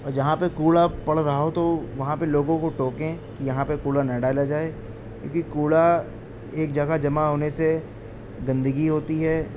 اور جہاں پہ کوڑا پڑ رہا ہو تو وہاں پہ لوگوں کو ٹوکیں کہ یہاں پہ کوڑا نہ ڈالا جائے کیونکہ کوڑا ایک جگہ جمع ہونے سے گندگی ہوتی ہے